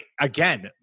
again